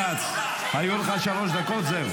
חנוך, קריאה ראשונה.